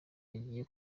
agiye